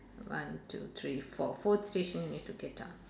one two three four fourth station you need to get down